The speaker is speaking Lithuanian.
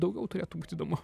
daugiau turėtų būt įdomu